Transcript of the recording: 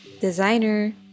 designer